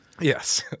Yes